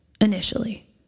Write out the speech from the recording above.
initially